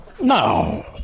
No